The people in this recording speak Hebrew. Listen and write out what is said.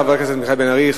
תודה לחבר הכנסת מיכאל בן-ארי.